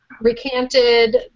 recanted